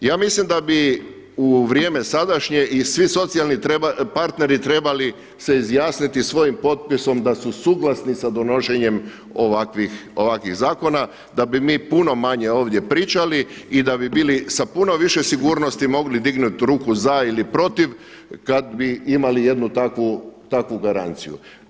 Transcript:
Ja mislim da bi u vrijeme sadašnje i svi socijalni partneri trebali se izjasniti svojim potpisom da su suglasni sa donošenjem ovakvih zakona, da bi mi puno manje ovdje pričali i da bi bili sa puno više sigurnosti mogli dignuti ruku za ili protiv kada bi imali jednu takvu garanciju.